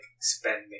spending